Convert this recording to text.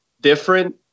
different